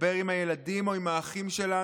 לדבר עם הילדים או עם האחים שלנו